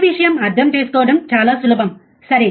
ఈ విషయం అర్థం చేసుకోవడం చాలా సులభం సరే